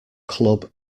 club